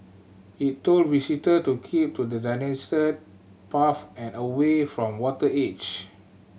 it told visitor to keep to path and away from water edge